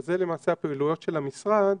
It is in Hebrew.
אז אלה למעשה הפעילויות של המשרד